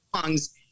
songs